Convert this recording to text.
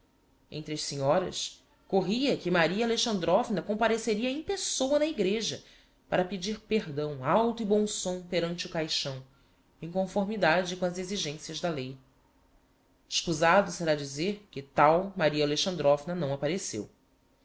entre as senhoras corria que maria alexandrovna compareceria em pessoa na egreja para pedir perdão alto e bom som perante o caixão em conformidade com as exigencias da lei escusado será dizer que tal maria alexandrovna não appareceu